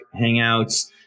hangouts